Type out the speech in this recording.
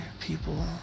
people